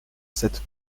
cette